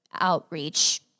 outreach